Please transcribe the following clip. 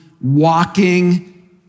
walking